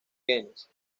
genes